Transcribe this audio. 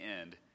end